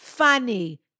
Funny